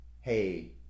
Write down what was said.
Hey